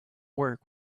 work